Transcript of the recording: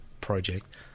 project